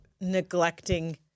neglecting